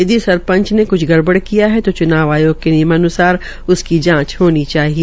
यदि सरपंच ने क्छ गड़बढ़ किया है तो च्नाव आयोग के नियमान्सार उसकी जाचं होनी चाहिए